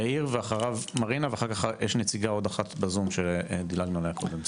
יאיר ואחריו מרינה ואחר כך יש עוד נציגה בזום שדילגנו עליה קודם,